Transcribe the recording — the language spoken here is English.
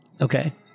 Okay